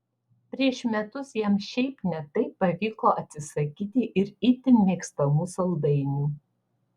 prieš metus jam šiaip ne taip pavyko atsisakyti ir itin mėgstamų saldainių